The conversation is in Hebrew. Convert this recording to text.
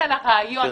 אלא ברעיון,